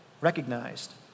recognized